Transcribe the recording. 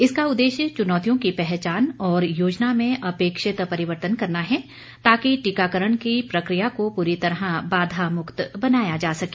इसका उद्देश्य चुनौतियों की पहचान और योजना में अपेक्षित परिवर्तन करना है ताकि टीकाकरण की प्रक्रिया को पूरी तरह बाधामुक्त बनाया जा सके